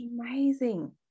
Amazing